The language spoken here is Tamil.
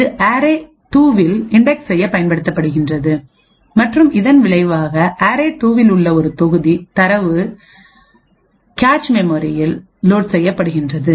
இது அரே2 வில் இன்டெக்ஸ் செய்ய பயன்படுத்தப்படுகின்றது மற்றும் இதன் விளைவாகஅரே2 வில் உள்ள ஒரு தொகுதி தரவு கேச் மெமரியில் லோட் செய்யப்படுகின்றது